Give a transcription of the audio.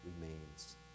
remains